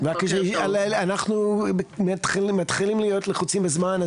אנחנו מתחילים להיות לחוצים בזמן,